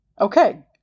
okay